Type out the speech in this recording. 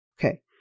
Okay